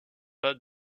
pas